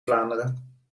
vlaanderen